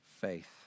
faith